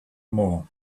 more